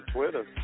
Twitter